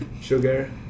sugar